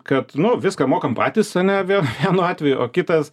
kad nu viską mokam patys ane vienu atveju o kitas